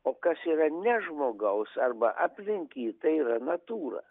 o kas yra ne žmogaus arba aplink jį tai yra natūra